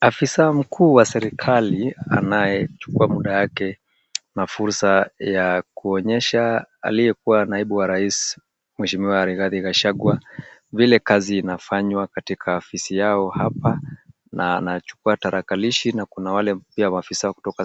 Afisa mkuu wa serikali anayechukuwa muda wake na fursa ya kuonyesha aliyekuwa naibu wa rais mheshimiwa Rigadhi Gachagua, vile kazi inafanywa katika afisi yao hapa, na anachukua tarakilishi na kuna wale pia maafisa kutoka